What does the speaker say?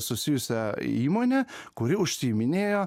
susijusią įmonę kuri užsiiminėjo